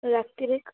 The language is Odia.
ରାତିରେ